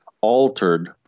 altered